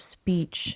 speech